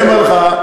אני אומר לך,